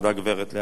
הגברת לאה ורון.